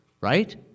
right